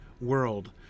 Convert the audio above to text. world